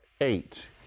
Eight